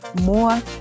more